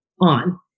on